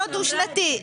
לא דו-שנתי.